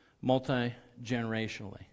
multi-generationally